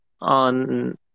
on